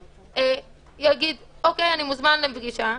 יגיד: אני מוזמן לפגישה,